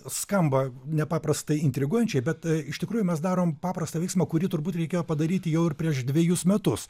skamba nepaprastai intriguojančiai bet iš tikrųjų mes darom paprastą veiksmą kurį turbūt reikėjo padaryti jau ir prieš dvejus metus